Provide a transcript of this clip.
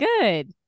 good